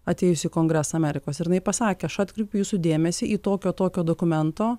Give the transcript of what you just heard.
atėjus į kongresą amerikos ir jinai pasakė aš atkreipiu jūsų dėmesį į tokio tokio dokumento